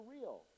real